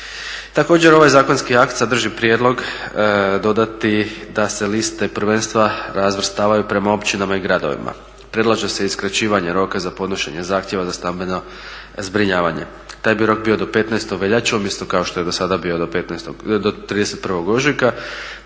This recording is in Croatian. Također ovaj zakonski akt sadrži prijedlog dodati da se liste prvenstva razvrstavaju prema općinama i gradovima. Predlaže se i skraćivanje roka za podnošenja zahtjeva za stambeno zbrinjavanje. Taj bi rok bio do 15. veljače umjesto kao što je do sada bio do 31. ožujka